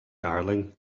darling